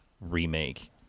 remake